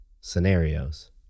scenarios